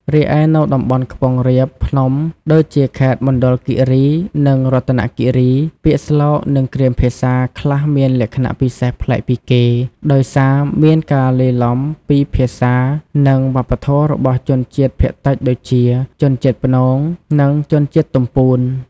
រីឯនៅតំបន់ខ្ពង់រាបភ្នំដូចជាខេត្តមណ្ឌលគិរីនិងរតនគិរី ពាក្យស្លោកនិងគ្រាមភាសាខ្លះមានលក្ខណៈពិសេសប្លែកពីគេ ដោយសារមានការលាយឡំពីភាសានិងវប្បធម៌របស់ជនជាតិភាគតិចដូចជា ជនជាតិព្នង និងជនជាតិទំពូន។